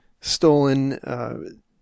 stolen